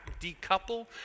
decouple